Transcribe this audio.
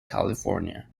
california